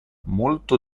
molto